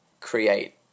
create